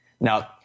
Now